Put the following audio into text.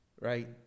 right